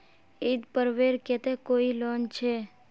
ईद पर्वेर केते कोई लोन छे?